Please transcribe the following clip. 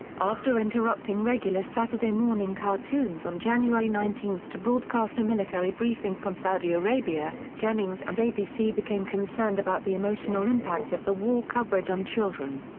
after interrupting regular saturday morning cartoons on january nineteen to broadcast a military briefing from saudi arabia, jennings and abc became concerned about the emotional impact of the war coverage on children.